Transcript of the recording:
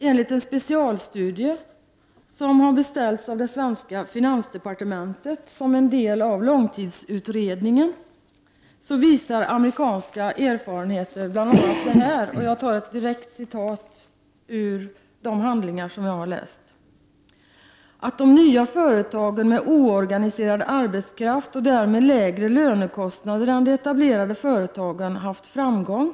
Enligt en specialstudie beställd av det svenska finansdepartementet till långtidsutredningen visar de amerikanska erfarenheterna bl.a. att de nya företagen med oorganiserad arbetskraft och därmed lägre lönekostnader än de etablerade företagen haft framgång.